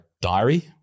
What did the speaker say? diary